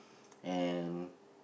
and